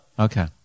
Okay